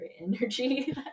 energy